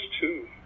two